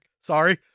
Sorry